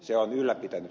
se on ylläpitänyt